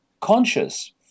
conscious